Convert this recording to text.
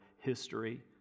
history